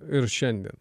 ir šiandien